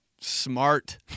smart